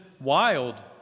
wild